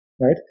right